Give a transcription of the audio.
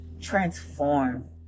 transform